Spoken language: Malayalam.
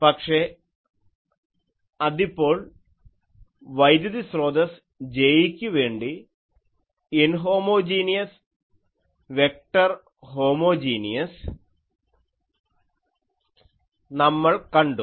പക്ഷേ അതിപ്പോൾ വൈദ്യുതി സ്രോതസ്സ് J യ്ക്കുവേണ്ടി ഇൻഹോമോജീനിയസ് വെക്ടർ ഹോമോജീനിയസ് നമ്മൾ കണ്ടു